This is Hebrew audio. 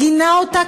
גינה אותה,